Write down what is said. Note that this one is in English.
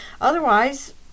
Otherwise